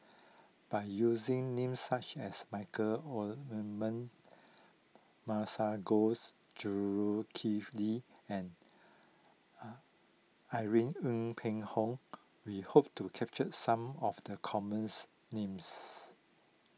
by using names such as Michael Masagos Zulkifli and Irene Ng Phek Hoong we hope to capture some of the commons names